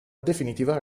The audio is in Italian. definitiva